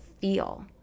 feel